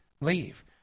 leave